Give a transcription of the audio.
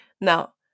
Now